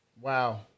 Wow